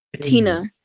Tina